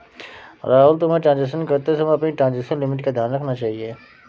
राहुल, तुम्हें ट्रांजेक्शन करते समय अपनी ट्रांजेक्शन लिमिट का ध्यान रखना चाहिए